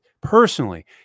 personally